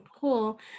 cool